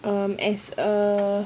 um as a